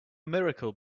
miracle